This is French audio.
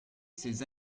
ces